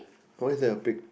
why is there a pig